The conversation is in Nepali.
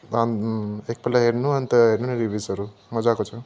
एकपल्ट हेर्नु अन्त हेर्नु नि रिभ्युजहरू मज्जाको छ